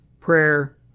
prayer